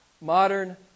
modern